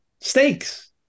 steaks